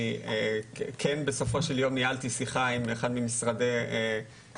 אני כן בסופו של יום ניהלתי שיחה עם אחד ממשרדי עוה"ד